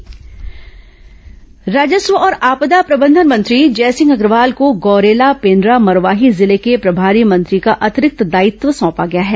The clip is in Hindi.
जयसिंह अग्रवाल प्रभार राजस्व और आपदा प्रबंधन मंत्री जयसिंह अग्रवाल को गौरेला पेण्ड्रा मरवाही जिले के प्रभारी मंत्री का अतिरिक्त दायित्व सौंपा गया है